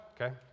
okay